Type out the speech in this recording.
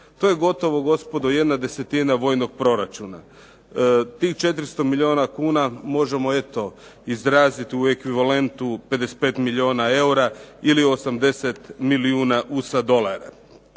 To je gotovo gospodo 1/10 vojnog proračuna. Tih 400 milijuna kuna možemo eto izraziti u ekvivalentu 55 milijuna eura ili 80 milijuna USA dolara.